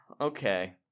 okay